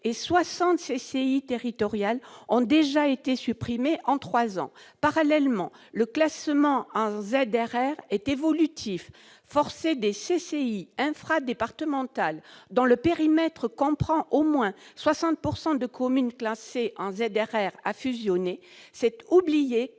territoriales ont déjà été supprimées en trois ans. Parallèlement, le classement en ZRR est évolutif. Forcer des chambres de commerce et d'industrie infradépartementales dont le périmètre comprend au moins 60 % de communes classées en ZRR à fusionner, c'est oublier que